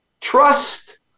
trust